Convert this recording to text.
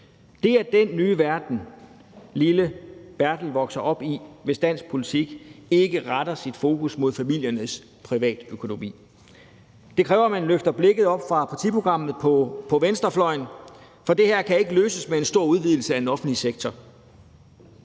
Det er den nye verden, lille Bertel vokser op i, hvis dansk politik ikke retter fokus mod familiernes privatøkonomi. Det kræver, at man på venstrefløjen løfter blikket op fra partiprogrammerne, for det her kan ikke løses med en stor udvidelse af den offentlige sektor.